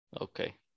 Okay